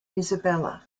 isabella